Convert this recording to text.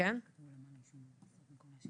השאלה למשרד להגנת הסביבה,